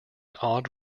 odd